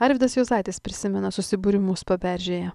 arvydas juozaitis prisimena susibūrimus paberžėje